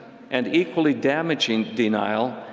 and equally damaging denial,